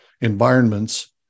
environments